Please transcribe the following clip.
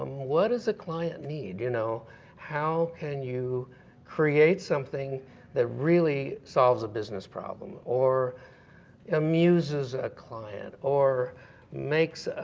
um what does a client need? you know how can you create something that really solves a business problem, or amuses a client, or ah